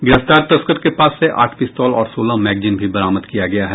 गिरफ्तार तस्कर के पास से आठ पिस्तौल और सोलह मैगजीन भी बरामद किया गया है